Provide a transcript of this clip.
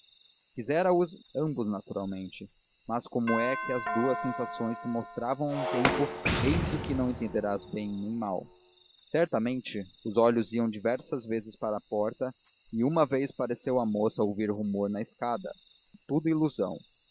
pedro quisera os ambos naturalmente mas como é que as duas sensações se mostravam a um tempo eis o que não entenderás bem nem mal certamente os olhos iam diversas vezes para a porta e uma vez pareceu à moça ouvir rumor na escada tudo ilusão